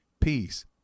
peace